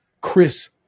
Chris